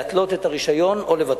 להתלות את הרשיון או לבטלו.